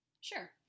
Sure